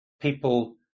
people